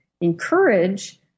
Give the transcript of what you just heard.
encourage